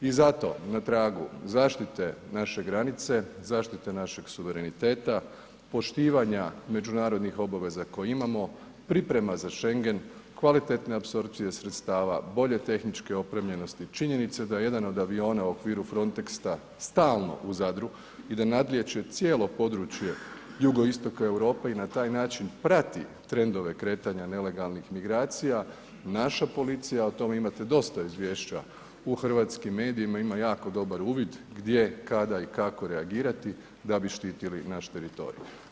I zato na tragu zaštite naše granice, zaštite našeg suvereniteta, poštivanja međunarodnih obaveza koje imamo, priprema za Schengen, kvalitetne apsorpcije sredstava, bolje tehničke opremljenosti, činjenice da jedan od aviona u okviru Frontexa stalno u Zadru i da nadlijeće cijelo područje jugoistoka Europe i na taj način prati trendove kretanja nelegalnih migracija, naša policija, o tome imate dosta izvješća u hrvatskim medijima, ima jako dobar uvid gdje, kada i kako reagirati da bi štitili naš teritorij.